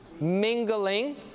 mingling